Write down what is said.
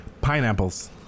Pineapples